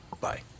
Bye